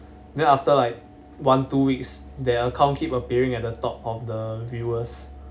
then after like one two weeks there their account keep appearing at the top of the viewers